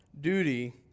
duty